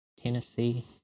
Tennessee